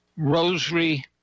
rosary